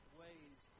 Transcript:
ways